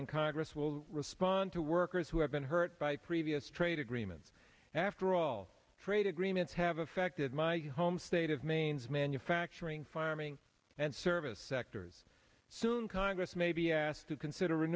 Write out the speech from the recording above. in congress will respond to workers who have been hurt by previous trade agreements after all trade agreements have affected my home state of mains manufacturing far army and service sectors soon congress may be asked to consider